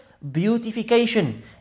beautification